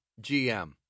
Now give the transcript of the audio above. GM